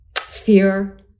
fear